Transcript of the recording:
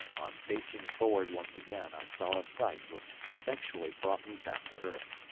on facing forward once again i saw a sight which effectually brought me back to earth.